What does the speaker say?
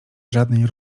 żadnej